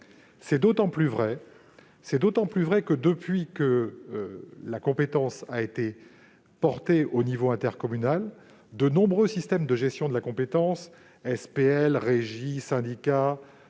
C'est d'autant plus vrai que, depuis que la compétence a été portée au niveau intercommunal, de nombreux systèmes de gestion de la compétence- société publique